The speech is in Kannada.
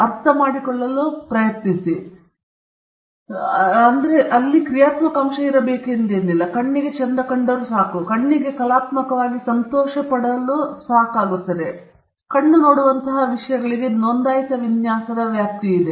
ಅರ್ಥ ಮಾಡಿಕೊಳ್ಳಲು ಪ್ರಯತ್ನಿಸಿ ಕಣ್ಣಿಗೆ ಕಲಾತ್ಮಕವಾಗಿ ಸಂತೋಷಪಡುವ ಮತ್ತು ಪರೀಕ್ಷೆ ಕಣ್ಣು ನೋಡುವಂತಹ ವಿಷಯಗಳಿಗೆ ನೋಂದಾಯಿತ ವಿನ್ಯಾಸದ ವ್ಯಾಪ್ತಿಯಾಗಿದೆ